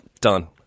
done